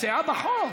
את מציעת החוק.